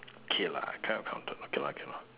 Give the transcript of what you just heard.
okay lah kind of counted okay okay lah